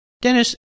Dennis